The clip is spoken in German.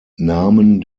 namen